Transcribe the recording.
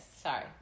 Sorry